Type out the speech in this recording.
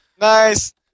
Nice